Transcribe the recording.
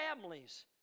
families